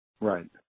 Right